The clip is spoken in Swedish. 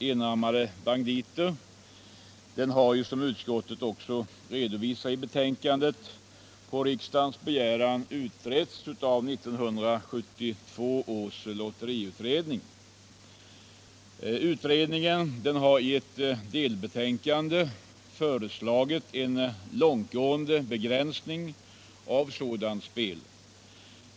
Som alla vet och som utskottet redovisar i betänkandet har frågan på riksdagens begäran utretts av 1972 års lotteriutredning. Utredningen har i ett delbetänkande föreslagit en långtgående begränsning av spel på enarmade banditer.